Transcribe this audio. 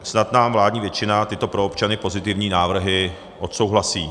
Snad nám vládní většina tyto pro občany pozitivní návrhy odsouhlasí.